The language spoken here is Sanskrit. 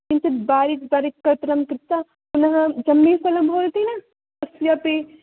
किञ्चित् बारीक् बारीक् कर्तनं कृत्वा पुनः जम्बीरफलं भवति न अस्यापि